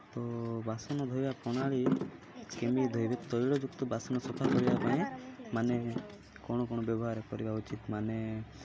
ତ ବାସନ ଧୋଇବା ପ୍ରଣାଳୀ କେମିତି ଧୋଇବେ ତୈଳଯୁକ୍ତ ବାସନ ସଫା କରିବା ପାଇଁ ମାନେ କ'ଣ କ'ଣ ବ୍ୟବହାର କରିବା ଉଚିତ୍ ମାନେ